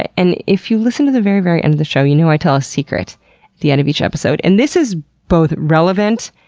and if you listen to the very, very end of the show you know i tell a secret at the end of each episode. and this is both relevant,